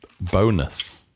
bonus